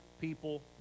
people